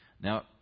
Now